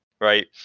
right